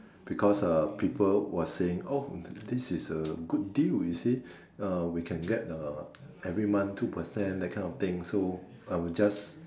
because uh people was saying oh this is a good deal you see uh we can get uh every month two percent that kind of thing so I'll just